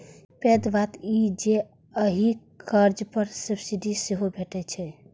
पैघ बात ई जे एहि कर्ज पर सब्सिडी सेहो भैटै छै